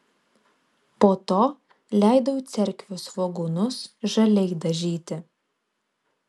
po to leidau cerkvių svogūnus žaliai dažyti